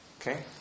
Okay